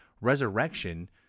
resurrection